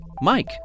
Mike